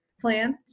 plans